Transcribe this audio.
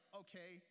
okay